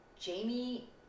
Jamie